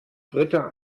britta